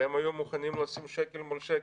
והם היו מוכנים לשים שקל מול שקל.